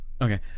Okay